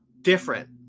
different